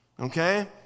okay